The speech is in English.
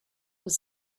was